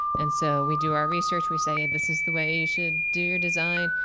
and so we do our research. we say this is the way you should do your design.